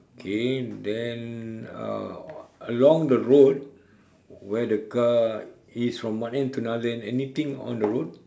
okay then uh along the road where the car is from one end to another end anything on the road